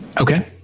Okay